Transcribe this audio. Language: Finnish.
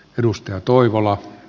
herra puhemies